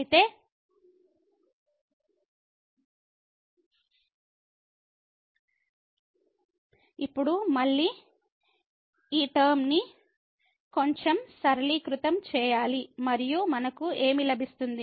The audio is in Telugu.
అయితే ఇప్పుడు మళ్ళీ ఈ టర్మ నీ కొంచెం సరళీకృతం చేయాలి మరియు మనకు ఏమి లభిస్తుంది